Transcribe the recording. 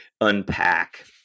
unpack